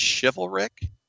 chivalric